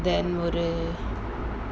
then ஒரு:oru